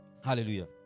Hallelujah